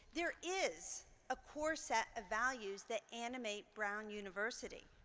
there is a core set of values that animate brown university.